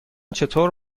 چطور